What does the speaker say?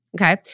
Okay